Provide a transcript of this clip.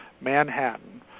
Manhattan